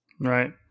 Right